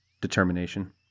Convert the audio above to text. determination